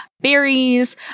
Berries